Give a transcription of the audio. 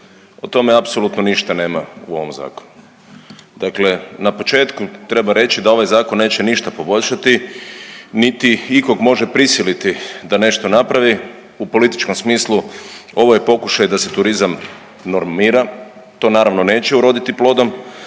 o tome apsolutno ništa nema u ovom zakonu. Dakle na početku treba reći da ovaj zakon neće ništa poboljšati niti ikog može prisiliti da nešto napravi u političkom smislu ovo je pokušaj da se turizam normira. To naravno neće uroditi plodom,